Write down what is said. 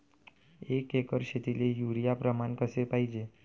एक एकर शेतीले युरिया प्रमान कसे पाहिजे?